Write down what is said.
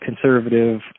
conservative